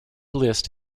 list